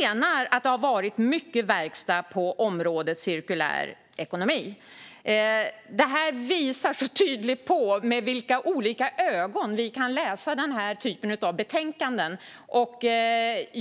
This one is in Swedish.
menar att det har varit mycket verkstad på området cirkulär ekonomi. Detta visar så tydligt med vilka olika ögon vi kan läsa den här typen av betänkanden.